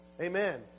Amen